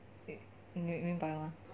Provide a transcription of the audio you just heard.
你明白吗